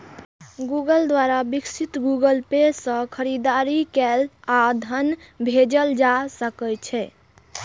Google द्वारा विकसित Google Pay सं खरीदारी कैल आ धन भेजल जा सकै छै